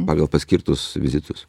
pagal paskirtus vizitus